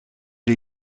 die